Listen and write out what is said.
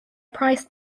priced